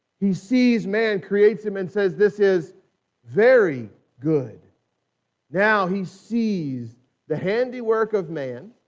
he sees men create simmons says this is very good now he sees the handiwork of mayan